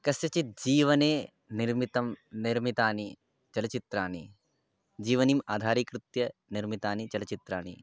कस्यचित् जीवने निर्मितानि निर्मितानि चलच्चित्राणि जीवनिम् आधारीकृत्य निर्मितानि चलच्चित्राणि